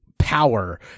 Power